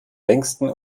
längsten